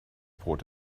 brot